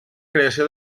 creació